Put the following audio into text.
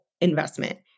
investment